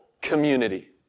community